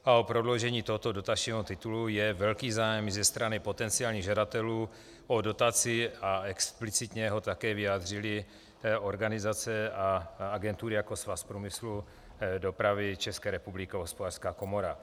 O prodloužení tohoto dotačního titulu je velký zájem i ze strany potenciálních žadatelů o dotaci a explicitně ho také vyjádřily organizace a agentury jako Svaz průmyslu a dopravy ČR a Hospodářská komora.